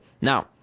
Now